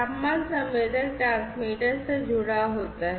तापमान संवेदक ट्रांसमीटर से जुड़ा होता है